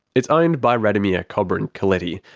it's owned by radomir kobryn-coletti,